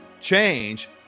change